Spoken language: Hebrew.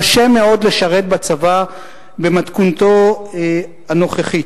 קשה מאוד לשרת בצבא במתכונתו הנוכחית.